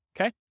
Okay